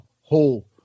whole